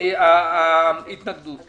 ההתנגדות הזאת.